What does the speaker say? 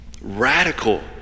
Radical